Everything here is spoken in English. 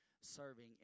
serving